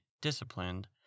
disciplined